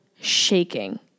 shaking